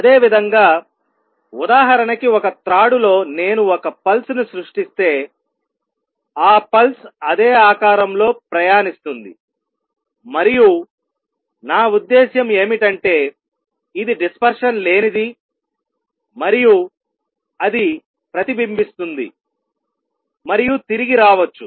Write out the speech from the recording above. అదేవిధంగా ఉదాహరణకి ఒక త్రాడు లో నేను ఒక పల్స్ను సృష్టిస్తేఆ పల్స్ అదే ఆకారంలో ప్రయాణిస్తుంది మరియు నా ఉద్దేశ్యం ఏమిటంటే ఇది డిస్పర్షన్ లేనిది మరియు అది ప్రతిబింబిస్తుంది మరియు తిరిగి రావచ్చు